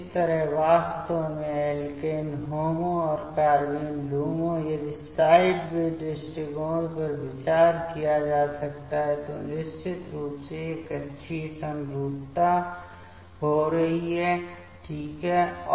तो इस तरह वास्तव में एल्केन HOMO और कार्बाइन LUMO यदि साइडवे दृष्टिकोण पर विचार किया जा सकता है तो निश्चित रूप से यह कक्षीय समरूपता हो रही है ठीक है